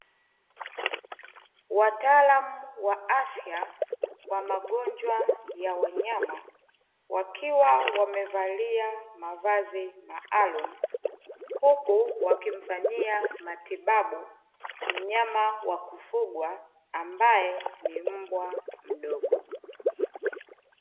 Wataalamu wa afya wa magonjwa ya wanyama wakiwa wamevalia mavazi maalumu, huku wakimfanyia matibabu mnyama wa kufugwa ambaye ni mbwa mdogo.